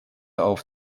auf